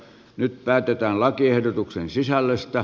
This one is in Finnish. nyt päätetään lakiehdotuksen sisällöstä